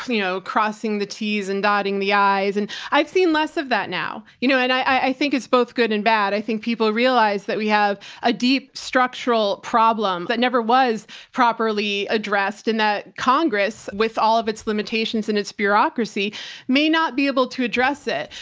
you know, crossing the t's and dotting the i's. and i've seen less of that now. you know, and i, i think it's both good and bad. i think people realize that we have a deep structural problem but never was properly addressed in that congress with all of its limitations and its bureaucracy may not be able to address it.